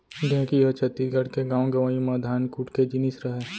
ढेंकी ह छत्तीसगढ़ के गॉंव गँवई म धान कूट के जिनिस रहय